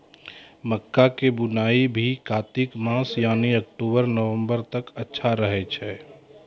मक्का के बुआई भी कातिक मास यानी अक्टूबर नवंबर तक अच्छा रहय छै